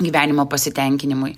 gyvenimo pasitenkinimui